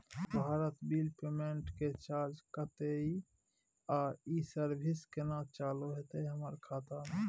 Bharat bill payment system के charge कत्ते इ आ इ सर्विस केना चालू होतै हमर खाता म?